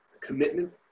commitment